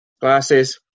glasses